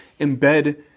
embed